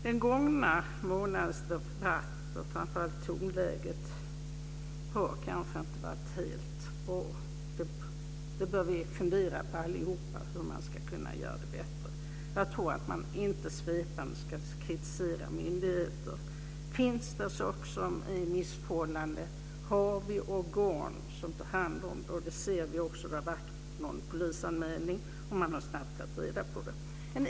Den gångna månadens debatt, och framför allt tonläget, har kanske inte varit helt bra. Vi bör alla fundera på hur man ska kunna göra det bättre. Jag tror inte att man svepande ska kritisera myndigheter. Finns det missförhållanden har vi organ som tar hand om dem. Vi ser att det görs polisanmälan, och man tar snabbt reda på det.